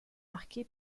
marqué